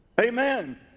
Amen